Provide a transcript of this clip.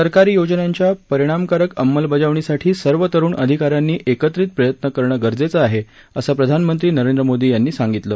सरकारी योजनांच्या परिणामकारक अंमलबजावणीसाठी सर्व तरूण अधिकाऱ्यांनी एकत्रित प्रयत्न करणं गरजेचं आहे असं प्रधानमंत्री नरेंद्र मोदी यांनी सांगितलं